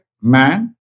Man